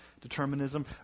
determinism